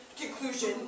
conclusion